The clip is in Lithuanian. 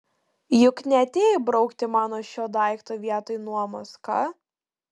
juk neatėjai brukti man šio daikto vietoj nuomos ką